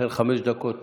לכן חמש דקות